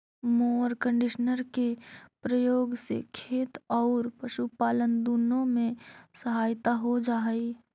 mower conditioner के प्रयोग से खेत औउर पशुपालन दुनो में सहायता हो जा हई